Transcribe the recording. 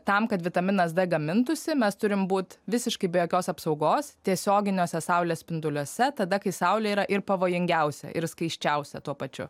tam kad vitaminas d gamintųsi mes turim būt visiškai be jokios apsaugos tiesioginiuose saulės spinduliuose tada kai saulė yra ir pavojingiausia ir skaisčiausia tuo pačiu